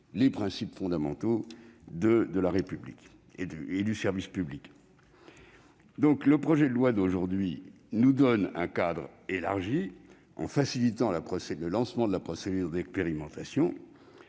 les principes fondamentaux de la République et du service public. Le présent projet de loi organique définit un cadre élargi en facilitant le lancement de la procédure d'expérimentation,